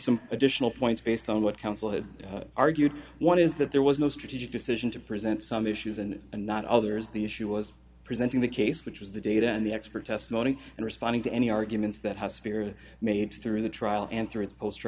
some additional points based on what counsel had argued one is that there was no strategic decision to present some issues and not others the issue was presenting the case which was the data in the expert testimony and responding to any arguments that have spirit made through the trial and through its post